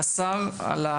הישיבה ננעלה בשעה 11:25.